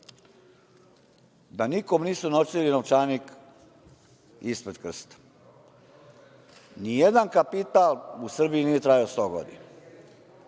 da nikome nisu nosili novčanik ispred krsta. Nijedan kapital u Srbiji nije trajao 100 godina,